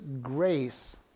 grace